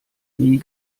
nie